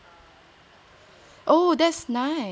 oh that's nice